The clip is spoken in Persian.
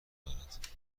دارد